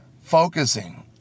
focusing